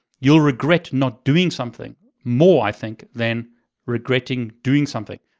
you'll regret not doing something more, i think, than regretting doing something.